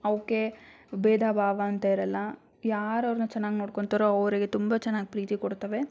ಅವಕ್ಕೆ ಭೇದಭಾವ ಅಂತ ಇರೋಲ್ಲ ಯಾರು ಅವ್ರನ್ನ ಚೆನ್ನಾಗಿ ನೋಡ್ಕೊತಾರೊ ಅವ್ರಿಗೆ ತುಂಬ ಚೆನ್ನಾಗಿ ಪ್ರೀತಿ ಕೊಡ್ತವೆ